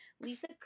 Lisa